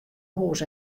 hús